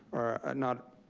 or not,